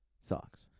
Socks